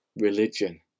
Religion